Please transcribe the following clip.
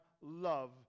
love